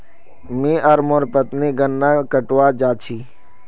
मी आर मोर पत्नी गन्ना कटवा जा छी